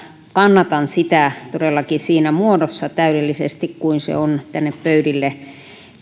kannatan sitä todellakin siinä muodossa täydellisesti kuin se on tänne pöydille